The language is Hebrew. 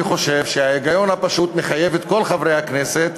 ואני חושב שההיגיון הפשוט מחייב את כל חברי הכנסת